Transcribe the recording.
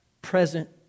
present